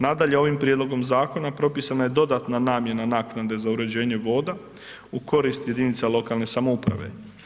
Nadalje, ovim Prijedlogom Zakona propisana je dodatna namjena naknade za uređenje voda u korist jedinica lokalne samouprave.